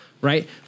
right